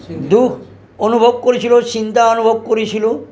দুখ অনুভৱ কৰিছিলোঁ মই চিন্তা অনুভৱ কৰিছিলোঁ